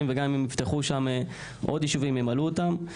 וגם אם יפתחו עוד ישובים ימלאו אותם,